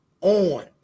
on